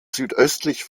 südöstlich